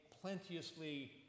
plenteously